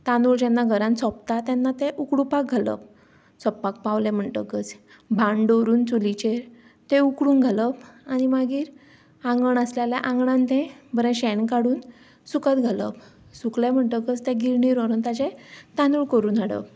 तानूळ जेन्ना घरान सोंपता तेन्ना तें उकडुपाक घालप सोंपपाक पावले म्हणटकच भाण दवरून चुलीचेर ते उकडून घालप आनी मागीर आंगण आसलें जाल्यार आंगणान तें बरें शेण काडून सुकत घालप सुकलें म्हणटकच तें गिरणीर व्हरून ताजें तानूळ करून हाडप